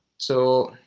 so